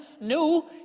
No